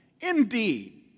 Indeed